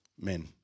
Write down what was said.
men